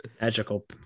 Magical